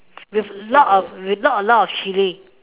with a lot of with a lot lot of chili